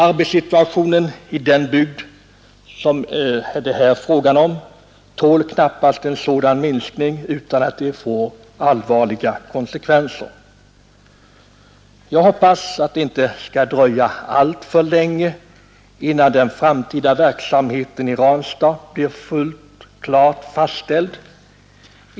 Arbetssituationen i den bygd som det här är fråga om tål knappast en sådan minskning utan att det får allvarliga konsekvenser. Jag hoppas att det inte skall dröja alltför länge innan den framtida verksamheten i Ranstad blir klart fastställd.